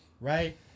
Right